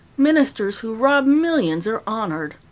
ministers who rob millions are honored.